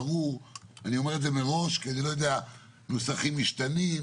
אני אומר את זה מראש כי נוסחים משתנים,